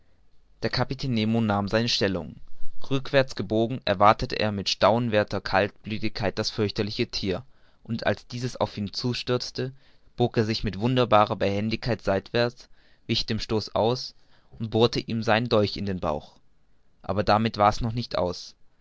der kapitän nemo nahm seine stellung rückwärts gebogen erwartete er mit staunenswerther kaltblütigkeit das fürchterliche thier und als dieses auf ihn zustürzte bog er sich mit wunderbarer behendigkeit seitwärts wich dem stoß aus und bohrte ihm seinen dolch in den bauch aber damit war's noch nicht aus